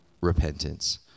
repentance